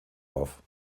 auf